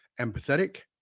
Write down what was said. empathetic